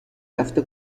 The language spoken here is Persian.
رفته